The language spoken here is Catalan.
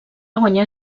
guanyar